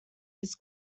his